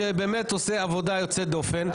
שעושה עבודה יוצאת דופן.